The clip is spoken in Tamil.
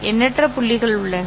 எண்ணற்ற புள்ளிகள் உள்ளன